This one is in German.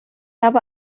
habe